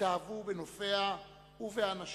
התאהבו בנופיה ובאנשיה.